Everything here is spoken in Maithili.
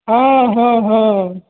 हँ हँ हँ